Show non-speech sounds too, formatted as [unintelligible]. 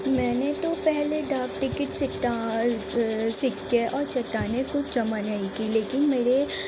میں نے تو پہلے ڈاک ٹکٹ [unintelligible] سکے اور چٹانے کچھ جمع نہیں کی لیکن میرے